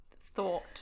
thought